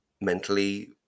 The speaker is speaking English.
mentally